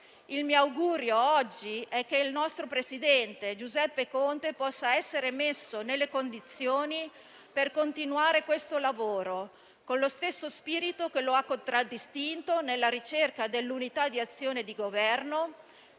Il mio augurio oggi è che il nostro Presidente, Giuseppe Conte, possa essere messo nelle condizioni di continuare questo lavoro con lo stesso spirito che lo ha contraddistinto nella ricerca dell'unità di azione di Governo,